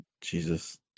Jesus